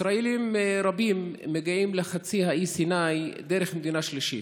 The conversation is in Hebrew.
ישראלים רבים מגיעים לחצי האי סיני דרך מדינה שלישית.